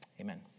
amen